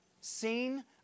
seen